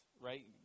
right